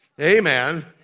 Amen